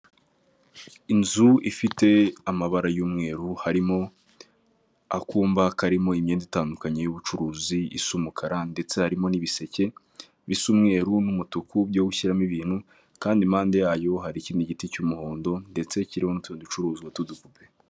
Inzu ifite amabara y'umweru harimo akumba karimo imyenda itandukanye y'ubucuruzi isa umukara, ndetse harimo n'ibiseke bisa umweru n'umutuku byo gushyiramo ibintu, kandi impande yayo hari ikindi giti cy'umuhondo, ndetse kiriho n' uducuruzwa tw'udupupe.